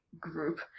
group